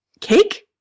cake